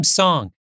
song